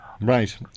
Right